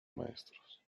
maestros